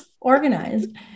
organized